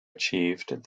achieved